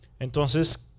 Entonces